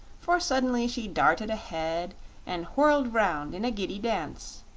for suddenly she darted ahead and whirled round in a giddy dance.